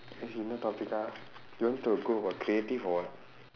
topics ah you want me to go about creative or what